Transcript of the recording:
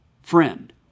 friend